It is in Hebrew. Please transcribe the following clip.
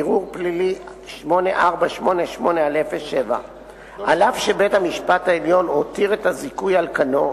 ע"פ 8488/07. אף שבית-המשפט העליון הותיר את הזיכוי על כנו,